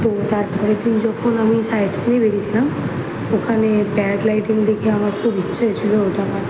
তো তারপরের দিন যখন আমি সাইট সিইংয়ে বেরিয়েছিলাম ওখানে প্যারাগ্লাইডিং দেখে আমার খুব ইচ্ছে হয়েছিল ওটা আমার